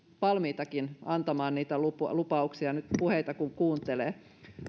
valmiita antamaan niitä lupauksia nyt kun puheita kuuntelee